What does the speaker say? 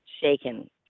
shaken